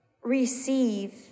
Receive